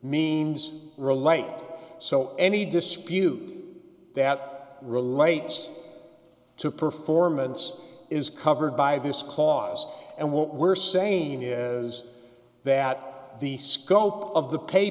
means relate so any dispute that relates to performance is covered by this clause and what we're saying is that the scope of the pay